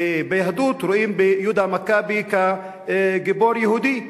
ביהדות רואים ביהודה המכבי גיבור יהודי,